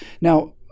Now